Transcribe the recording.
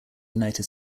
united